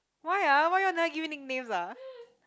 why ah why you all never give me nicknames ah